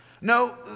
No